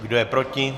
Kdo je proti?